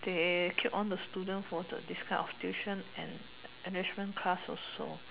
they keep all the student for the this type of tuition and enrichment class also